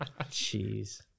Jeez